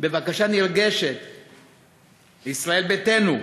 אל ישראל ביתנו,